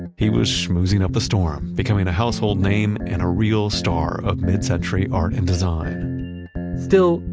and he was schmoozing up a storm, becoming a household name and a real star of mid-century art and design still,